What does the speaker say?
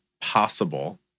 possible